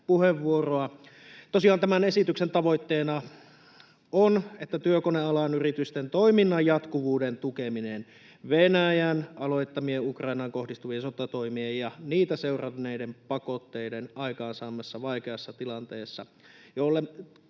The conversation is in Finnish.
tämän esityksen tavoitteena on työkonealan yritysten toiminnan jatkuvuuden tukeminen Venäjän aloittamien Ukrainaan kohdistuvien sotatoimien ja niitä seuranneiden pakotteiden aikaansaamassa vaikeassa tilanteessa, kun